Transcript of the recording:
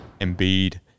Embiid